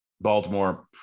Baltimore